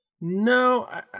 No